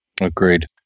Agreed